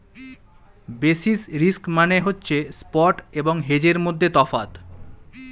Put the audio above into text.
basis risk মানে হচ্ছে spot এবং হেজের মধ্যে তফাৎ